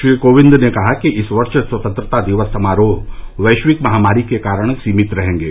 श्री कोविंद ने कहा कि इस वर्ष स्वतंत्रता दिवस समारोह वैश्विक महामारी के कारण सीमित रहेंगे